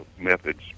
methods